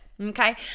Okay